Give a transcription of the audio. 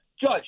Judge